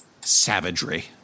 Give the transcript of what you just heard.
savagery